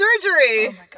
surgery